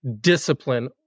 discipline